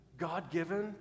god-given